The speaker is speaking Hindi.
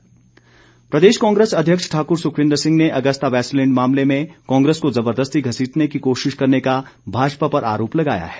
सुखविन्द्र प्रदेश कांग्रेस अध्यक्ष ठाकुर सुखविन्द्र सिंह ने अगस्ता वैस्टलैंड मामले में कांग्रेस को जबरदस्ती घसीटने की कोशिश करने का भाजपा पर आरोप लगाया है